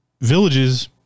villages